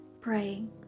praying